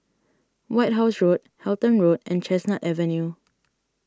White House Road Halton Road and Chestnut Avenue